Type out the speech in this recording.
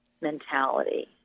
mentality